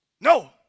no